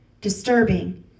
Disturbing